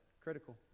Critical